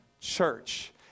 church